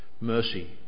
Mercy